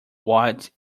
white